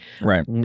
Right